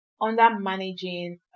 under-managing